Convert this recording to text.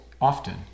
often